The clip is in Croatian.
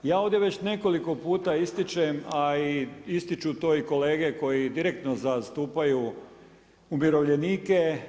Ja ovdje već nekoliko puta ističem, a i ističu to i kolege koji direktno zastupaju umirovljenike.